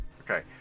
Okay